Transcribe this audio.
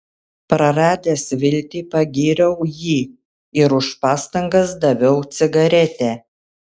praradęs viltį pagyriau jį ir už pastangas daviau cigaretę